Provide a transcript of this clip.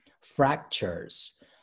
fractures